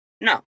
No